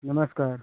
नमस्कार